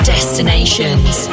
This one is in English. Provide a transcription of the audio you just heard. Destinations